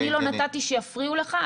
אני לא נתתי שיפריעו לך,